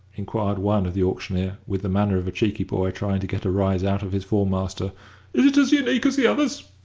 inquired one of the auctioneer, with the manner of a cheeky boy trying to get a rise out of his form-master. is it as unique as the others?